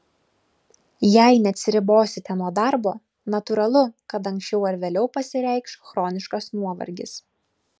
jei neatsiribosite nuo darbo natūralu kad anksčiau ar vėliau pasireikš chroniškas nuovargis